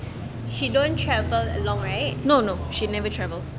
she don't travel along right no no she'd never travel